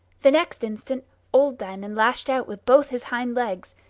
the next instant old diamond lashed out with both his hind legs,